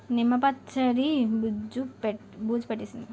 నిమ్మ పచ్చడి బూజు పట్టేసింది